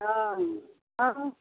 हँ हँ